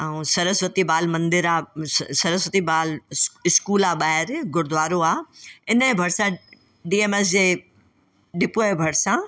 ऐं सरस्वती बाल मंदिर आहे सरस्वती बाल इस्कूल आहे ॿाहिरि गुरूद्वारो आहे इनजे भरिसां डी एम एस जे डीपो जे भरिसां